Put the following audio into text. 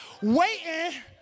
waiting